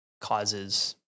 causes